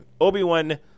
obi-wan